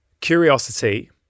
curiosity